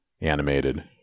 animated